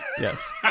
Yes